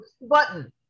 Button